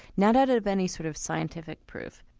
not out of any sort of scientific proof,